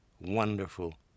wonderful